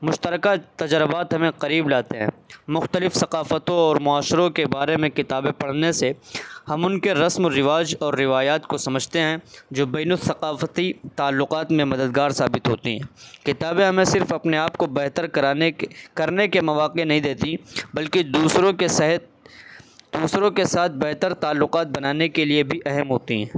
مشترکہ تجربات ہمیں قریب لاتے ہیں مختلف ثقافتوں اور معاشروں کے بارے میں کتابیں پڑھنے سے ہم ان کے رسم و رواج اور روایات کو سمجھتے ہیں جو بین الثقافتی تعلقات میں مددگار ثابت ہوتی ہیں کتابیں ہمیں صرف اپنے آپ کو بہتر کرانے کے کرنے کے مواقع نہیں دیتیں بلکہ دوسروں کے صحت دوسروں کے ساتھ بہتر تعلقات بنانے کے لیے بھی اہم ہوتی ہیں